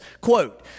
quote